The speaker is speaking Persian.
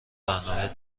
برنامه